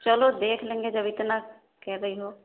چلو دیکھ لیں گے جب اتنا کہہ رہی ہو